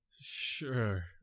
sure